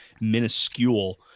minuscule